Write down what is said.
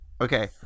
okay